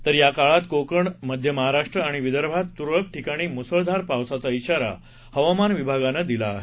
तर या काळात कोकण मध्य महाराष्ट्र आणि विदर्भात तुरळक ठिकाणी मुसळधार पावसाचा श्रीारा हवामान विभागानं दिला आहे